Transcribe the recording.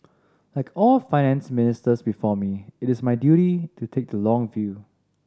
like all Finance Ministers before me it is my duty to take the long view